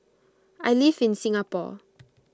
I live in Singapore